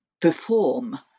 perform